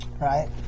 Right